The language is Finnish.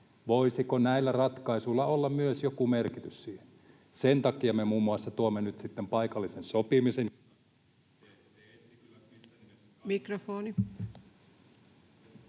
Voisiko näillä ratkaisuilla olla myös joku merkitys siinä? Sen takia me muun muassa tuomme nyt sitten paikallisen sopimisen...